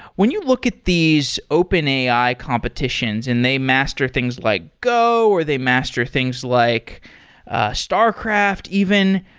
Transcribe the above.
when you look at these open ai competitions and they master things like go or they master things like starcraft even,